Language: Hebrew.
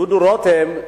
דודו רותם,